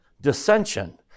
dissension